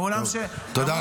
תודה רבה.